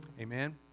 Amen